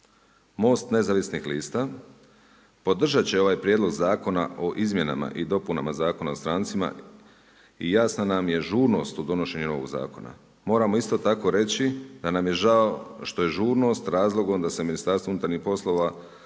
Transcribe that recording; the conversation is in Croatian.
Most nezavisnih lista, podržat će ovaj prijedlog Zakona o izmjenama i dopunama Zakona o strancima i jasna nam je žurnost u donošenju ovog zakona. Moramo isto tako reći, da nam je žao što je žurnost, razlogom da se Ministarstvo unutarnjih poslova